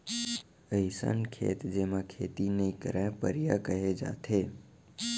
अइसन खेत जेमा खेती नइ करयँ परिया कहे जाथे